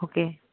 okay